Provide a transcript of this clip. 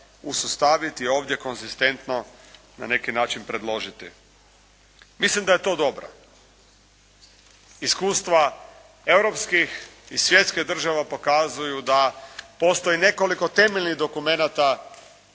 uspostaviti ovdje konzistentno na neki način predložiti. Mislim da je to dobro. Iskustva europskih i svjetskih država pokazuju da postoji nekoliko temeljnih dokumenata